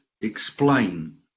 explain